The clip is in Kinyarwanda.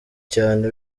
cyane